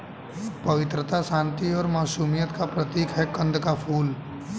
पवित्रता, शांति और मासूमियत का प्रतीक है कंद का फूल